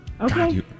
okay